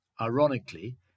Ironically